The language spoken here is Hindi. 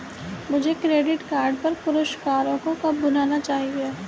मुझे क्रेडिट कार्ड पर पुरस्कारों को कब भुनाना चाहिए?